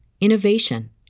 innovation